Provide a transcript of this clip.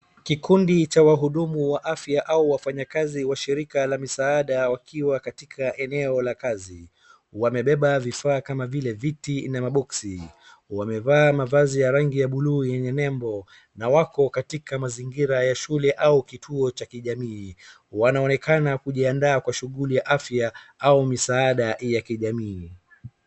Kikundi cha wahudumu wa afya au wafanyakazi wa shirika la misaada wakiwa katika eneo la kazi. Wamebeba vifaa kama vile viti na maboksi. Wamevaa mavazi ya rangi ya bluu yenye nembo, na wako katika mazingira ya shule au kituo cha kijamii. Wanaonekana kujiandaa kwa shughuli ya afya au misaada ya kijamii.